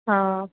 हा